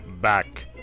Back